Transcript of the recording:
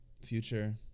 Future